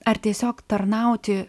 ar tiesiog tarnauti